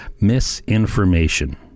misinformation